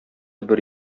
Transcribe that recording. бер